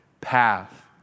path